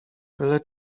byle